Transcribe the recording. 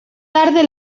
tarde